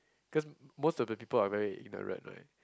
cause most of the people are very ignorant right